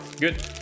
good